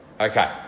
Okay